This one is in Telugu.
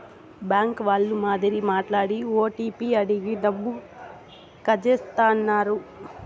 బ్యాంక్ వాళ్ళ మాదిరి మాట్లాడి ఓటీపీ అడిగి డబ్బులు కాజేత్తన్నారు